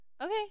okay